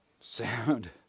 sound